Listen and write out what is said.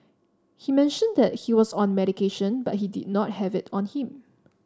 he mentioned that he was on medication but he did not have it on him